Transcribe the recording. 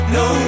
no